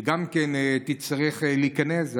שגם כן תצטרך להיכנס,